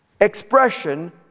expression